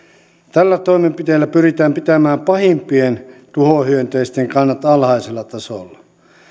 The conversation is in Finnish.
tällä toimenpiteellä pyritään pitämään pahimpien tuhohyönteisten kannat alhaisella tasolla